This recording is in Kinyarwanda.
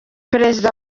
perezida